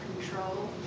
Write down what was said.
control